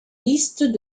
listes